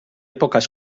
pocas